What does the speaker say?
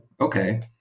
okay